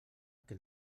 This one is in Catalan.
que